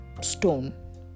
stone